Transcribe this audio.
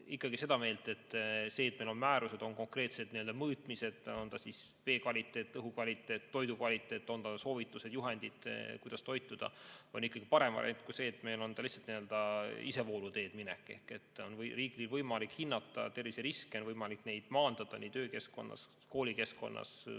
ikkagi seda meelt, et see, et meil on määrused, on konkreetsed mõõtmised – on see siis vee kvaliteet, õhu kvaliteet, toidu kvaliteet – ja on need soovitused, juhendid, kuidas toituda, on ikkagi parem variant kui see, et meil oleks lihtsalt nii-öelda isevooluteed minek. Riigil on nüüd võimalik hinnata terviseriske, on võimalik neid maandada töökeskkonnas, koolikeskkonnas,